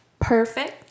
Perfect